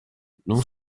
non